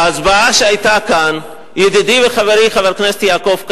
ההצבעה שהיתה כאן, ידידי וחברי חבר הכנסת יעקב כץ,